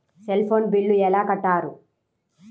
Cell phone bill ఎలా కట్టారు?